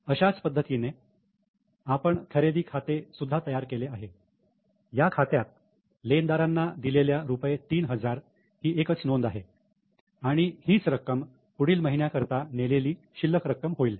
अशाच पद्धतीने आपण खरेदी खाते सुद्धा तयार केले आहे ह्या खात्यात लेनदारांना दिलेल्या रुपये 3000 ही एकच नोंद होती आणि हीच रक्कम पुढील महिन्याकरता नेलेली शिल्लक रक्कम होईल